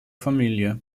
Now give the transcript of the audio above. familie